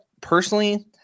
Personally